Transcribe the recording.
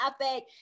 epic